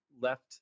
left